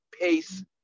pace